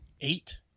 Eight